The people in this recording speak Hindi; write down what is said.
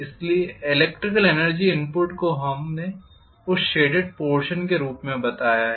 इसलिए इलेक्ट्रिकल एनर्जी इनपुट को हमने उस शेडेड पोर्षन के रूप में बताया है